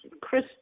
Chris